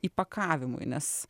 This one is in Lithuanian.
įpakavimui nes